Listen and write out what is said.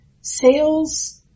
Sales